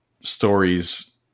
stories